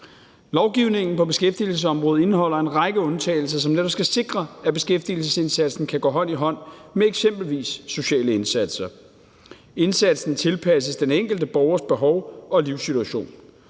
Lovgivningen på beskæftigelsesområdet indeholder en række undtagelser, som netop skal sikre, at beskæftigelsesindsatsen kan gå hånd i hånd med eksempelvis sociale indsatser. Indsatsen tilpasses den enkelte borgers behov og livssituation.